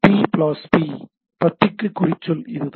B slash p பத்திக்கு குறிச்சொல் இதுதான்